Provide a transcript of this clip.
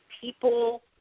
people